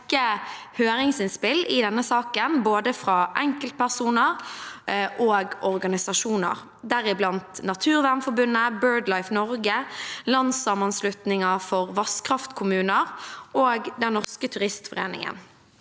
en rekke høringsinnspill til denne saken fra både enkeltpersoner og organisasjoner, deriblant Naturvernforbundet, Birdlife Norge, Landssamanslutninga av Vasskraftkommunar og Den Norske Turistforening.